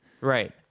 right